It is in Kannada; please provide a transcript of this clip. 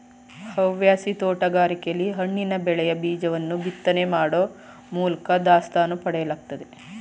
ಹವ್ಯಾಸಿ ತೋಟಗಾರಿಕೆಲಿ ಹಣ್ಣಿನ ಬೆಳೆಯ ಬೀಜವನ್ನು ಬಿತ್ತನೆ ಮಾಡೋ ಮೂಲ್ಕ ದಾಸ್ತಾನು ಪಡೆಯಲಾಗ್ತದೆ